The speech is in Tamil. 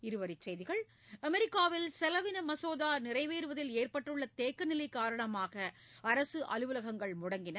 இருவரிச்செய்திகள் அமெரிக்காவில் செலவின மசோதா நிறைவேறுவதில் ஏற்பட்டுள்ள தேக்கநிலை காரணமாக அரசு அலுவலகங்கள் முடங்கின